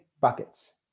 buckets